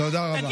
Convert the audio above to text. תודה רבה.